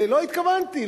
ולא התכוונתי,